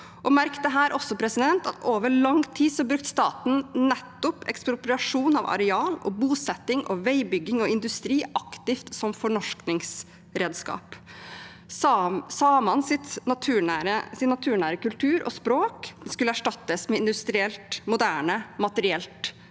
Merk dette også: Over lang tid brukte staten nettopp ekspropriasjon av areal, bosetting, veibygging og industri aktivt som fornorskningsredskap. Samenes naturnære kultur og språk skulle erstattes med industrielt, moderne, materielt